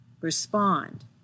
respond